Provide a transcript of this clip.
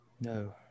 no